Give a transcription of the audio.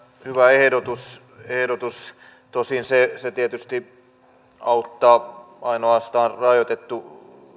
ehdotus ehdotus tosin se se tietysti auttaa ainoastaan rajoitettua